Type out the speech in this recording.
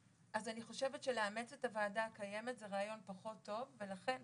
חושבת שלאמץ את הוועדה הקיימת זה רעיון פחות טוב ולכן,